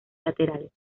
laterales